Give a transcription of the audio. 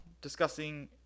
discussing